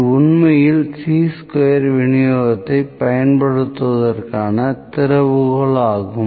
இது உண்மையில் C square விநியோகத்தைப் பயன்படுத்துவதற்கான திறவுகோல் ஆகும்